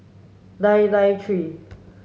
nine nine three